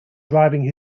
driving